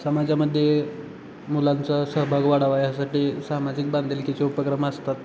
समाजामध्ये मुलांचा सहभाग वाढावा यासाठी सामाजिक बांधलकीचे उपक्रम असतात